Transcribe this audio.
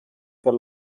per